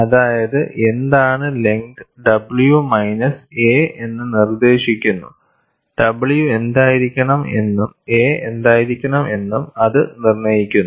അതായത് എന്താണ് length w minus a എന്ന് നിർദ്ദേശിക്കുന്നു w എന്തായിരിക്കണം എന്നും a എന്തായിരിക്കണം അത് നിർണ്ണയിക്കുന്നു